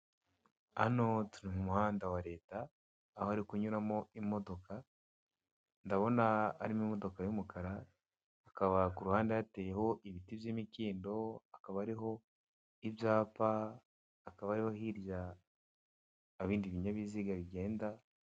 Hano turi mu muhanda wa leta, aho hari kunyuramo imodoka. Ndabona harimo imodoka y'umukara, hakaba ku ruhande hateyeho ibiti by'imikindo. Hakaba hariho ibyapa, hakaba hariho hirya ibindi binyabiziga bigenda.